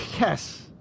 Yes